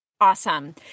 Awesome